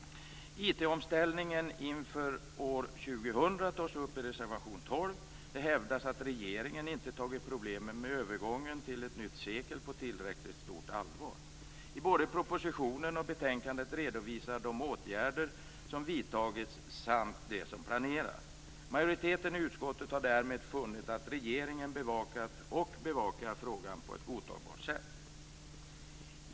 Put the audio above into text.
IT-omställningen inför år 2000 tas upp i reservation 12. Det hävdas att regeringen inte tagit problemen med övergången till ett nytt sekel på tillräckligt stort allvar. I både propositionen och betänkandet redovisas de åtgärder som vidtagits samt de som planeras. Majoriteten i utskottet har därmed funnit att regeringen bevakat och bevakar frågan på ett godtagbart sätt.